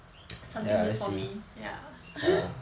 something new for me ya